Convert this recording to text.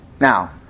Now